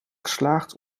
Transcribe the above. geslaagd